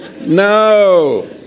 No